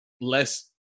less